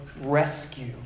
rescue